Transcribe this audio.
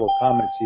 comments